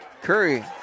Curry